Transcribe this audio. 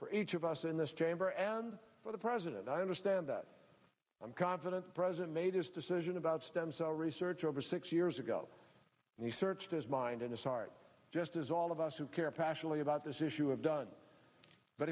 for each of us in this chamber and for the president i understand that i'm confident the president made his decision about stem cell research over six years ago and he searched his mind in a start just as all of us who care passionately about this issue have done but